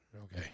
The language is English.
Okay